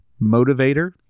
motivator